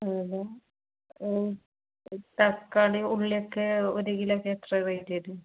തക്കാളി ഉള്ളിയൊക്കെ ഒരു കിലോക്ക് എത്ര റേറ്റ് വരും